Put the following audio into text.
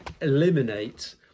eliminate